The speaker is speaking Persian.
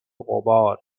غبار